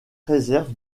réserve